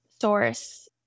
source